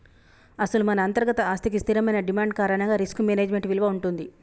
అసలు మన అంతర్గత ఆస్తికి స్థిరమైన డిమాండ్ కారణంగా రిస్క్ మేనేజ్మెంట్ విలువ ఉంటుంది